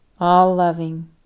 all-loving